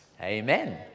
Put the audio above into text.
Amen